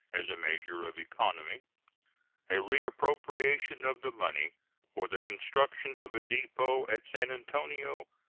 as a measure of economy a reappropriation of the money for the construction of a depot at san antonio,